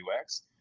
UX